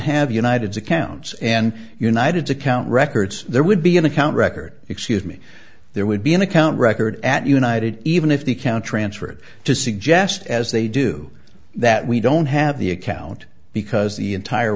have united's accounts and united's account records there would be an account record excuse me there would be an account record at united even if the account transferred to suggest as they do that we don't have the account because the entire